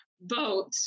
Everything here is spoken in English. boat